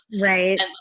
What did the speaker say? right